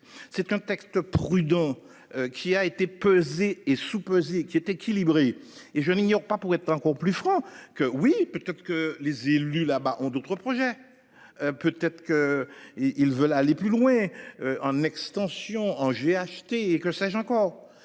c'est un texte prudent. Qui a été pesées et soupesées qui est équilibré et je n'ignore pas pour être encore plus franc que oui peut-être que les élus là-bas ont d'autres projets. Peut-être qu'. Ils veulent aller plus loin. En extension en j'ai acheté et que sais-je encore.